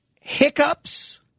Hiccups